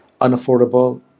unaffordable